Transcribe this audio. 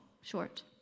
short